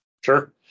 Sure